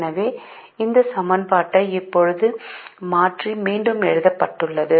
எனவே இந்த சமன்பாடு இப்போது மாற்றி மீண்டும் எழுதப்பட்டுள்ளது